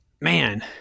Man